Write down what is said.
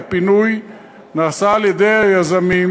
הפינוי נעשה על-ידי היזמים,